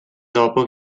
dopo